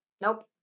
Nope